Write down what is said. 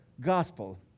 gospel